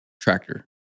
tractor